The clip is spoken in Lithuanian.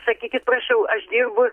sakykit prašau aš dirbu